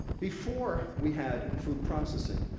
before we had food processing,